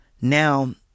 now